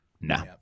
No